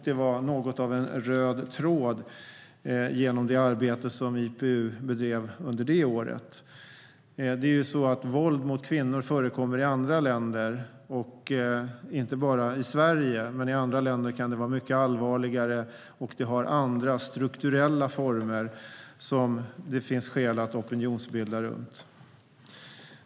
Det var något av en röd tråd genom det arbete som IPU bedrev under det året. Våld mot kvinnor förekommer i andra länder, inte bara i Sverige, men i andra länder kan det vara mycket allvarligare och ha andra strukturella former som det finns skäl att bilda opinion mot.